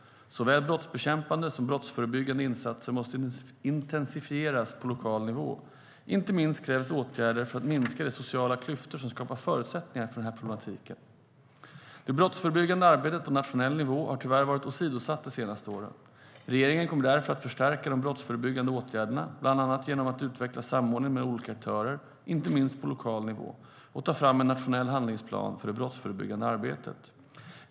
Såväl brottsbekämpande som brottsförebyggande insatser måste intensifieras på lokal nivå. Inte minst krävs åtgärder för att minska de sociala klyftor som skapar förutsättningar för den här problematiken. Det brottsförebyggande arbetet på nationell nivå har tyvärr varit åsidosatt de senaste åren. Regeringen kommer därför att förstärka de brottsförebyggande åtgärderna, bland annat genom att utveckla samordningen mellan olika aktörer, inte minst på lokal nivå, och ta fram en nationell handlingsplan för det brottsförebyggande arbetet.